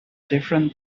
different